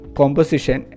composition